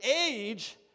age